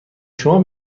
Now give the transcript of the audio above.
شما